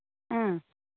ꯎꯝ